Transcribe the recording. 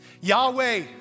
Yahweh